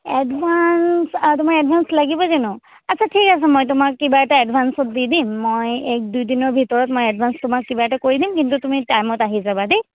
advance আৰু তোমাৰ advance লাগিব জানো আচ্ছা ঠিক আছে মই তোমাক কিবা এটা এডভান্সত দি দিম মই এক দুইদিনৰ ভিতৰত মই এডভান্স তোমাক কিবা এটা কৰি দিম কিন্তু তুমি টাইমত আহি যাবা দেই